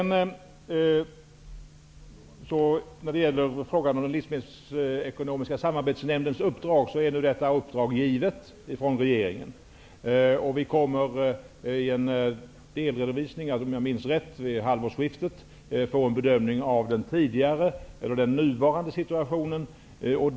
När det gäller frågan om Livsmedelsekonomiska samarbetsnämndens uppdrag är detta uppdrag givet från regeringen. Vi kommer i en delredovisning vid halvårsskiftet, om jag minns rätt, att få en bedömning av den nuvarande situationen.